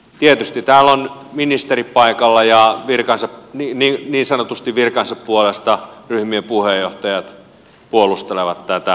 tietysti täällä on ministeri paikalla ja niin sanotusti virkansa puolesta ryhmien puheenjohtajat puolustelevat tätä